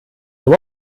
eine